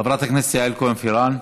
חברת הכנסת יעל כהן-פארן,